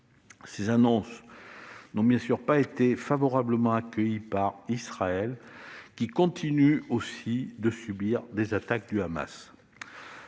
Ces annonces n'ont évidemment pas été favorablement accueillies par Israël, qui continue aussi de subir des attaques du Hamas.